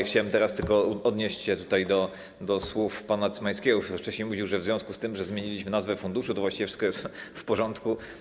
Chciałem teraz tylko odnieść się tutaj do słów pana Cymańskiego, który wcześniej mówił, że w związku z tym, że zmieniliśmy nazwę funduszu, to właściwie wszystko jest w porządku.